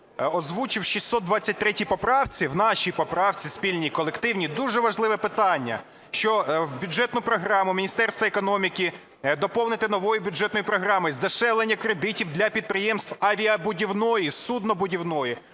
озвучив в 623 поправці, в нашій поправці спільній і колективній, дуже важливе питання, що бюджетну програму Міністерства економіки доповнити новою бюджетною програмою "Здешевлення кредитів для підприємств авіабудівної, суднобудівної,